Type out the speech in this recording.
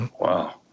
Wow